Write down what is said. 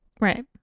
Right